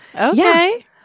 Okay